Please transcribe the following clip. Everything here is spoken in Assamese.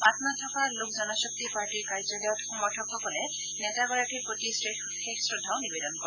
পাটনাত থকা লোক জনশক্তি পাৰ্টীৰ কাৰ্যালয়ত সমৰ্থকসকলে নেতাগৰাকীৰ প্ৰতি শেষ শ্ৰদ্ধাও নিবেদন কৰে